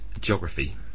Geography